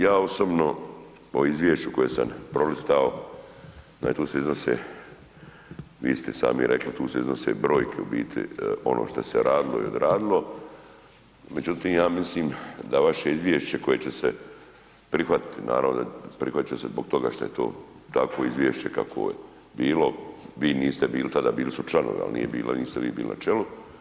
Ja osobno o izvješću koje sam prolistao, znači tu se iznose, vi ste i sami rekli tu se iznose brojke u biti ono što se radilo i odradilo, međutim ja mislim da vaše izvješće koje će se prihvatiti, naravno prihvatiti će se zbog toga što je to takvo izvješće kakvo je bilo, vi niste bili tada bili su članovi, ali nije bilo, niste vi bili na čelu.